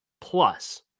plus